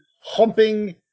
humping